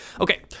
Okay